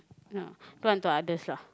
ya do unto others lah